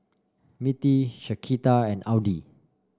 Mittie Shaquita and Audy